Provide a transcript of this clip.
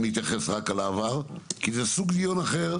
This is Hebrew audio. להתייחס רק לעבר כי זה דיון מסוג אחר.